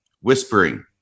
whispering